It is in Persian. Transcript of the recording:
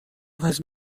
عوض